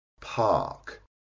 park